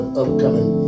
upcoming